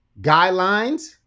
guidelines